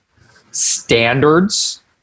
standards